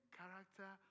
character